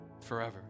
forever